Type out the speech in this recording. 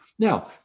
Now